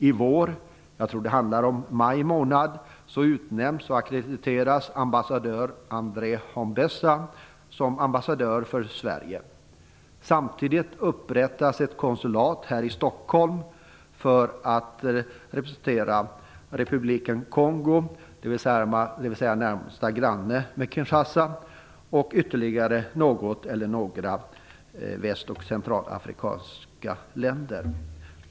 I vår, jag tror att det handlar om maj månad, utnämns och ackrediteras ambassadör André Samtidigt upprättas ett konsulat här i Stockholm för att representera republiken Kongo, som är närmaste granne med Kinshasa, och ytterligare något eller några väst och centralafrikanska länder.